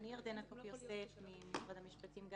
ירדנה קופ-יוסף, משרד המשפטים.